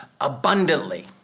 abundantly